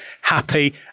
happy